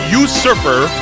usurper